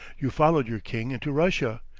you followed your king into russia.